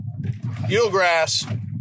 Eelgrass